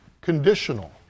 conditional